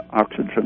oxygen